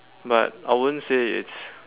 but I won't say it's